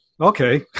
okay